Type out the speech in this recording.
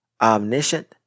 omniscient